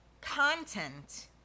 content